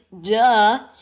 Duh